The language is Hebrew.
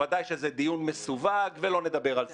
בוודאי שזה דיון מסווג ולא נדבר על זה.